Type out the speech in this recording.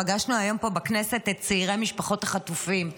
פגשנו היום פה בכנסת את צעירי משפחות החטופים,